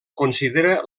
considera